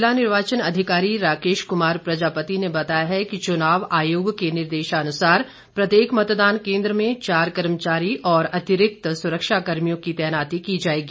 जिला निर्वाचन अधिकारी राकेश कुमार प्रजापति ने बताया है कि चुनाव आयोग के निर्देशानुसार प्रत्येक मतदान केन्द्र में चार कर्मचारी और अतिरिक्त सुरक्षा कर्मियों की तैनाती की जाएगी